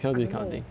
I don't know